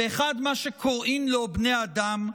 ואחד מה שקוראין לו בני אדם,